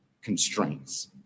constraints